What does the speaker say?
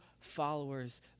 followers